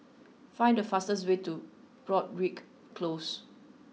find the fastest way to Broadrick Close